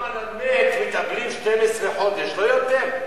אבל גם על המת מתאבלים 12 חודש, לא יותר.